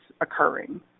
occurring